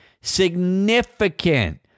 significant